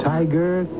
Tiger